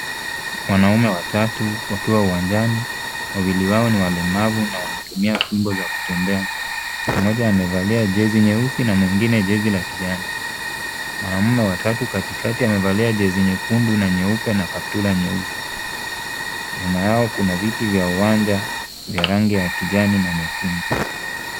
Wanaume watatu wakiwa uwanjani. Wawili wao ni walemavu na wanatumia fimbo za kutembea. Mmoja amevalia jezi nyeusi na mwingine jezi la kijani. Mwanaume wa tatu katikati amevalia jezi nyekundu na nyeupe na kaptura nyeusi. Nyuma yao kuna viti vya uwanja vya rangi ya kijani na nyekundu.